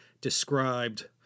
described